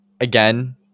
Again